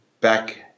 back